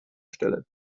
stelle